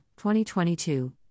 2022